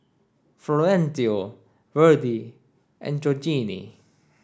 Florencio Verdie and Georgene